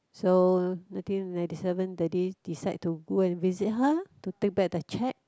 so nineteen ninety seven daddy decide to go and visit her lah to take back the cheque